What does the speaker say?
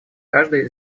каждый